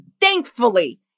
thankfully